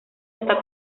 hasta